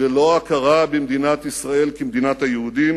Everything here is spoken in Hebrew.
כי ללא ההכרה במדינת ישראל כמדינת היהודים